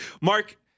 Mark